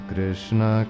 Krishna